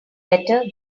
better